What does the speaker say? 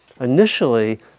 initially